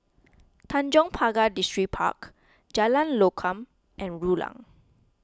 Tanjong Pagar Distripark Jalan Lokam and Rulang